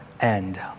end